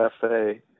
Cafe